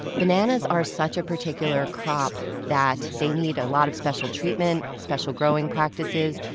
bananas are such a particular crop that they need a lot of special treatment, special growing practices,